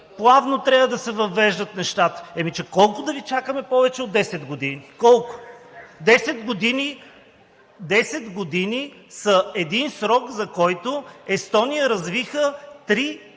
плавно трябва да се въвеждат нещата. Еми, че колко да Ви чакаме повече от 10 години? Колко? Десет години са един срок, за който Естония развиха три